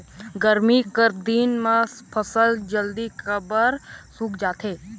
गरमी कर दिन म फसल जल्दी काबर सूख जाथे?